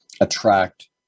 attract